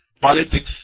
politics